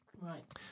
Right